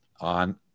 on